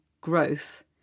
growth